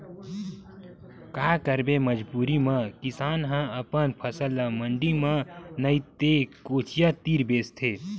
काये करबे मजबूरी म किसान ह अपन फसल ल मंडी म नइ ते कोचिया तीर बेचथे